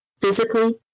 physically